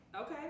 okay